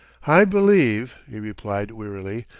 i believe, he replied wearily,